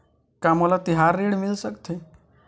का मोला तिहार ऋण मिल सकथे?